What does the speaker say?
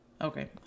Okay